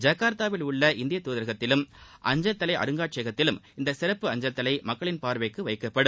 ஜகா்த்தாவில் உள்ள இந்திய துதரகத்திலும் அஞ்சல் தலை அருங்காட்சியகத்திலும் இந்த சிறப்பு அஞ்சல் தலை மக்களின் பார்வைக்கு வைக்கப்படும்